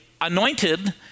anointed